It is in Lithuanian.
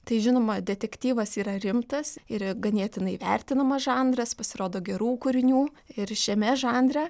tai žinoma detektyvas yra rimtas ir ganėtinai vertinamas žanras pasirodo gerų kūrinių ir šiame žanre